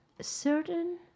certain